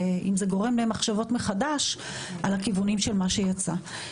ואם זה גורם למחשבות מחדש על הכיוונים של מה שיצא.